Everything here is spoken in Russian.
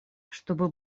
чтобы